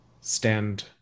stand